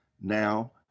now